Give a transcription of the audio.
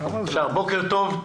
בוקר טוב,